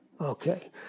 Okay